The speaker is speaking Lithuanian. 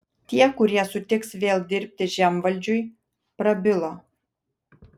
tie kurie sutiks vėl dirbti žemvaldžiui prabilo